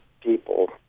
people